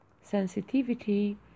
sensitivity